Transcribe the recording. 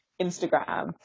Instagram